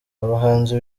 abahanzi